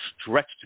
stretched